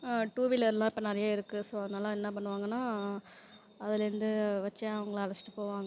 two வீலரெலாம் இப்போ நிறையா இருக்கது ஸோ அதனால என்ன பண்ணுவாங்கன்னால் அதிலேருந்து வெச்சு அவங்கள அழைச்சிட்டு போவாங்க